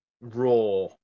raw